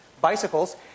Bicycles